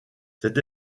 cette